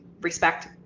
respect